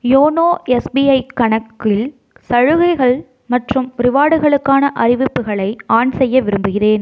YONO SBI கணக்கில் சலுகைகள் மற்றும் ரிவார்டுகளுக்கான அறிவிப்புகளை ஆன் செய்ய விரும்புகிறேன்